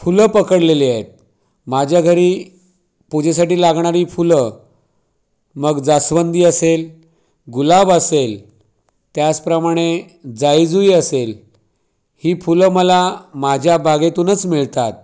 फुलं पकडलेली आहेत माझ्या घरी पूजेसाठी लागणारी फुलं मग जास्वंदी असेल गुलाब असेल त्याचप्रमाणे जाई जुई असेल ही फुलं मला माझ्या बागेतूनच मिळतात